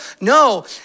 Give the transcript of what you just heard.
No